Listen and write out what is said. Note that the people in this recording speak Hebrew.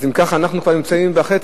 אז אם ככה אנחנו כבר נמצאים בחצי.